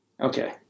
Okay